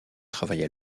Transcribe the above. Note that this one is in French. travaille